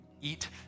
eat